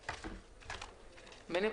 ימין,